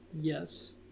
Yes